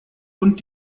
und